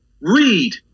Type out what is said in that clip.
Read